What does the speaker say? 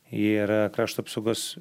yra krašto apsaugos